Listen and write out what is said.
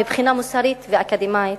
מבחינה מוסרית ואקדמית,